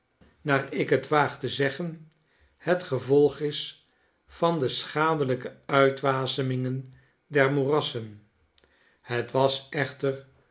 naar ik het waag te zeggen het gevolg is van de schadelyke uitwasemingen der moerassen het was echter